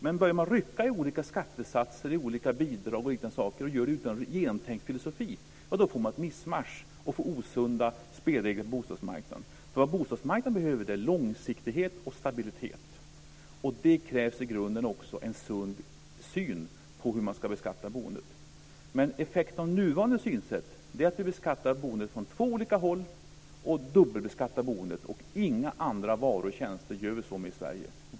Men börjar man rycka i olika skattesatser, olika bidrag och liknande saker och gör det utan en genomtänkt filosofi får man ett mischmasch och osunda spelregler på bostadsmarknaden. Vad bostadsmarknaden behöver är långsiktighet och stabilitet. För det krävs i grunden en sund syn på hur man ska beskatta boendet. Effekten av nuvarande synsätt är att vi beskattar boendet från två olika håll och dubbelbeskattar boendet. Det gör vi inte men några andra varor och tjänster i Sverige.